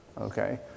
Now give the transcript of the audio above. Okay